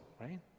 Right